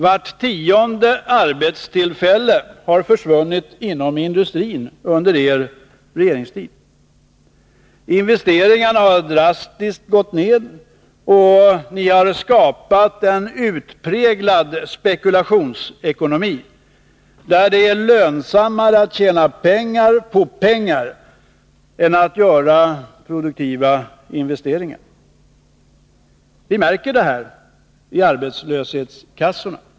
Vart tionde arbetstillfälle har försvunnit inom industrin under er regeringstid. Investeringarna har drastiskt gått ned, och ni har skapat en utpräglad spekulationsekonomi, där det är lönsammare att tjäna pengar på pengar än att göra produktiva insatser. Vi märker detta i arbetslöshetskassorna.